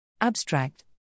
Abstract